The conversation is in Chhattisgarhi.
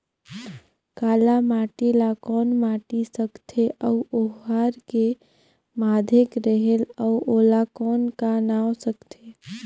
काला माटी ला कौन माटी सकथे अउ ओहार के माधेक रेहेल अउ ओला कौन का नाव सकथे?